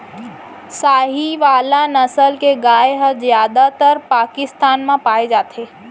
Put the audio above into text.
साहीवाल नसल के गाय हर जादातर पाकिस्तान म पाए जाथे